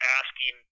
asking